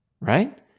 right